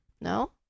No